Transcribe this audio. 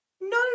no